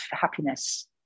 happiness